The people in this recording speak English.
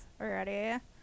already